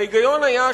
ההיגיון היה,